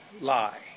Lie